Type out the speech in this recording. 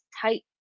tight